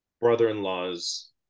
brother-in-law's